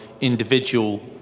individual